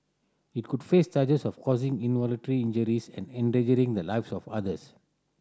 it could face charges of causing involuntary injuries and endangering the lives of others